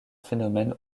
phénomène